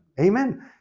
Amen